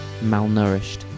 malnourished